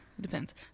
depends